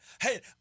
Hey